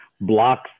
blocks